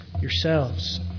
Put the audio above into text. yourselves